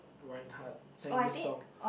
Ryan-Hart sang this song